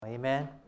Amen